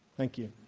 thank you.